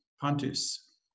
Pontus